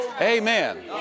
Amen